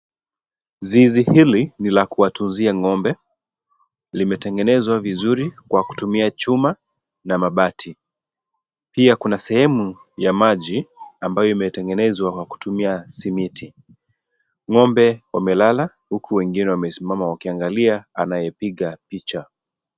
Zizi hili ni la kuwatunzia ng'ombe , limetengenezwa vizuri kwa kutumia chuma na mabati . Pia kuna sehemu ya maji ambayo imetengenezwa kwa kutumia simiti . Ng'ombe wamelala huku wengine wamesimama wakiangalia anayepiga picha.